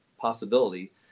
possibility